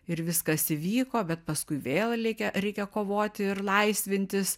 ir viskas įvyko bet paskui vėl leikia reikia kovoti ir laisvintis